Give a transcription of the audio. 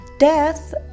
Death